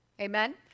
Amen